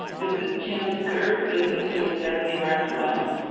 this is tim's third visit for the center of the american west,